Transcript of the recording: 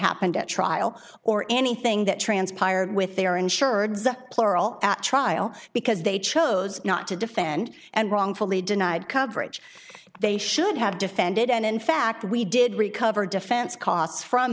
happened at trial or anything that transpired with their insured pleural at trial because they chose not to defend and wrongfully denied coverage they should have defended and in fact we did recover defense costs from